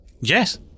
yes